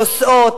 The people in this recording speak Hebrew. נושאות,